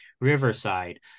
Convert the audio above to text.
Riverside